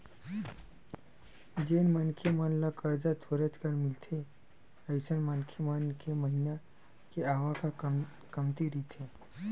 जेन मनखे मन ल करजा थोरेकन मिलथे अइसन मनखे मन के महिना के आवक ह कमती रहिथे